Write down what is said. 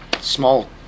small